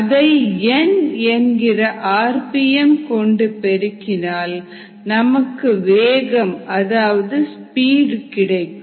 அதை n என்கிற RPM கொண்டு பெருக்கினால் நமக்கு வேகம் அதாவது ஸ்பீடு கிடைக்கும்